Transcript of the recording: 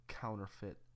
counterfeit